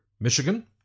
michigan